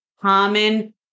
Common